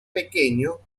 pequeño